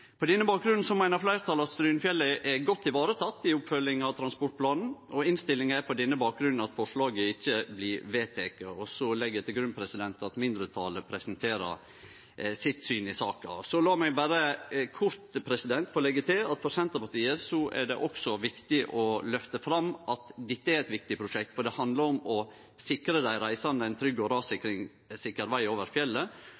På denne bakgrunnen meiner fleirtalet at Strynefjellet er godt vareteke i oppfølginga av transportplanen, og innstillinga er på bakgrunn av dette at forslaget ikkje blir vedteke. Så legg eg til grunn at mindretalet presenterer sitt syn i saka. La meg berre kort få leggje til at for Senterpartiet er det også viktig å løfte fram at dette er eit viktig prosjekt. Det handlar om å sikre dei reisande ein trygg og